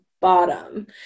bottom